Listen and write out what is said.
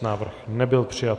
Návrh nebyl přijat.